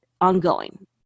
ongoing